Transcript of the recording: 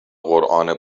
قرآن